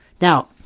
Now